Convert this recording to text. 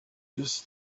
just